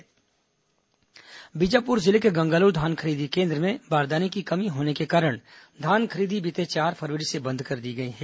धान खरीदी प्रदर्शन बीजापुर जिले के गंगालूर धान खरीदी केंद्र में बारदाने की कमी होने के कारण धान खरीदी बीते चार फरवरी से बंद कर दी गई है